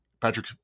Patrick